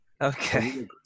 Okay